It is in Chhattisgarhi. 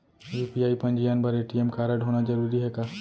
यू.पी.आई पंजीयन बर ए.टी.एम कारडहोना जरूरी हे का?